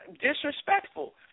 disrespectful